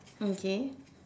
okay